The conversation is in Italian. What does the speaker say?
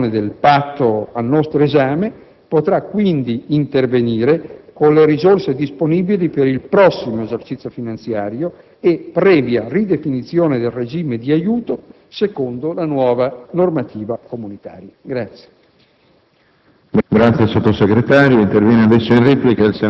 L'eventuale finanziamento della rimodulazione del Patto al nostro esame potrà quindi intervenire con le risorse disponibili per il prossimo esercizio finanziario e previa ridefinizione del regime di aiuto secondo la nuova normativa comunitaria.